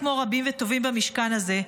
כמו רבים וטובים במשכן הזה,